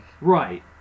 Right